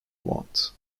want